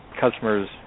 customers